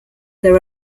their